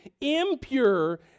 impure